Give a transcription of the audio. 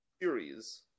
series